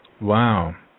Wow